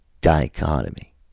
dichotomy